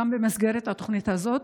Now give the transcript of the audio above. גם במסגרת התוכנית הזאת,